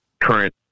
current